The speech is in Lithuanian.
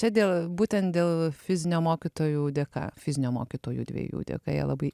čia dėl būtent dėl fizinio mokytojų dėka fizinio mokytojų dviejų dėka jie labai